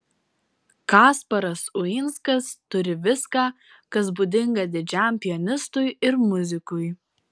kasparas uinskas turi viską kas būdinga didžiam pianistui ir muzikui